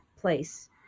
place